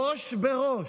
ראש בראש.